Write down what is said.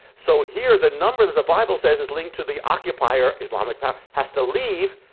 so here the number that the bible says is linked to the occupier, islamic power, has to leave.